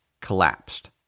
collapsed